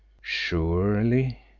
surely,